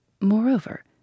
Moreover